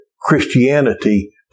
Christianity